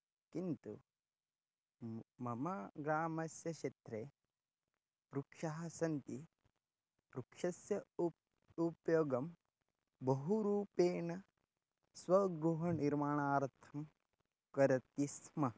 किन्तु मम ग्रामस्य क्षेत्रे वृक्षाः सन्ति वृक्षस्य उ उपयोगं बहुरूपेण स्वगृहनिर्माणार्थं करोति स्म